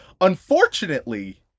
unfortunately